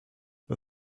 but